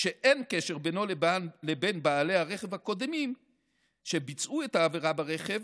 שאין קשר בינו לבין בעלי הרכב הקודמים שביצעו את העבירה ברכב,